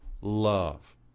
love